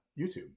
YouTube